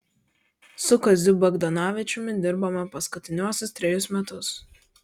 su kaziu bagdonavičiumi dirbome paskutiniuosius trejus metus